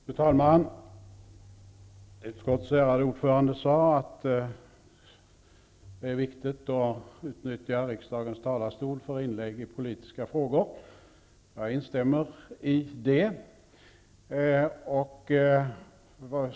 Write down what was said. Fru talman! Utskottets ärade ordförande sade att det är viktigt att utnyttja riksdagens talarstol för inlägg i politiska frågor. Jag instämmer i det.